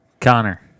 Connor